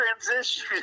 transition